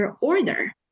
order